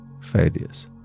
failures